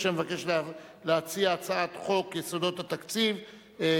אשר מבקש להציע את הצעת חוק יסודות התקציב (תיקון,